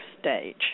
stage